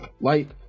light